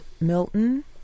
Milton